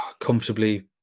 comfortably